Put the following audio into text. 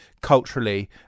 culturally